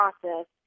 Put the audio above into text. process